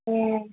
ம்